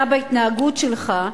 אתה בהתנהגות שלך,